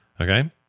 Okay